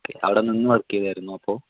okay അവിടെ നിന്ന് work ചെയ്താരുന്നു അപ്പോൾ